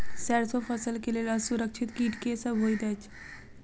सैरसो फसल केँ लेल असुरक्षित कीट केँ सब होइत अछि?